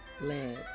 led